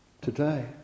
today